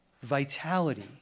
vitality